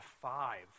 five